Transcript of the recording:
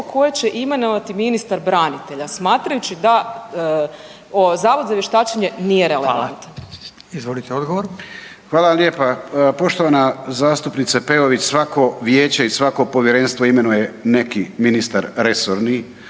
koji će imenovati ministar branitelja, smatrajući da Zavod za vještačenje nije relevantan. **Radin, Furio (Nezavisni)** Hvala. Izvolite, odgovor. **Medved, Tomo (HDZ)** Poštovana zastupnice Peović, svako vijeće i svako povjerenstvo imenuje neki ministar resorni,